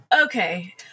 okay